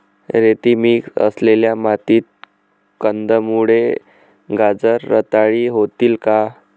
रेती मिक्स असलेल्या मातीत कंदमुळे, गाजर रताळी होतील का?